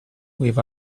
with